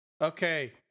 Okay